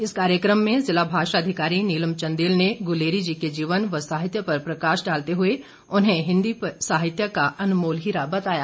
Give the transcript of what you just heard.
इस कार्यक्रम में जिला भाषा अधिकारी नीलम चन्देल ने गुलेरी जी के जीवन व साहित्य पर प्रकाश डालते हुए उन्हें हिन्दी साहित्य का अनमोल हीरा बताया